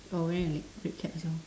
oh wearing a red red cap also